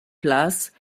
place